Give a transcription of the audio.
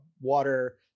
water